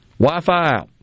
Wi-Fi